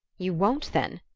you won't, then?